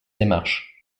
démarche